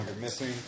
missing